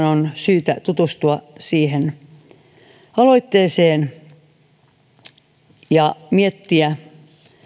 on syytä tutustua siihen aloitteeseen ja miettiä